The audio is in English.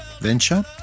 venture